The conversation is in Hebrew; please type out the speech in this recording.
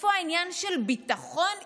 איפה העניין של ביטחון אישי?